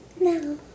No